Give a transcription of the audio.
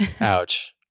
ouch